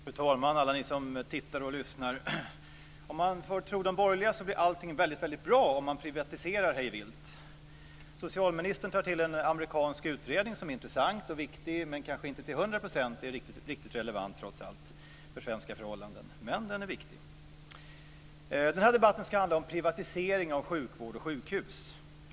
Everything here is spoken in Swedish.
Fru talman! Alla som tittar och lyssnar! Om man får tro de borgerliga blir allt väldigt bra om man privatiserar hej vilt. Socialministern tar till en amerikansk utredning som är intressant och viktig, men kanske, trots allt, inte till 100 % är relevant för svenska förhållanden. Men den är viktig. Den här debatten ska handla om privatisering av sjukvård och sjukhus.